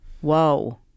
Whoa